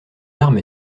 arme